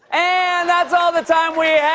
and that's all the time we